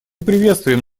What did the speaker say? приветствуем